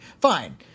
fine